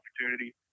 opportunity